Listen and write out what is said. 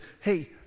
hey